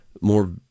more